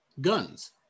guns